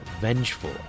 vengeful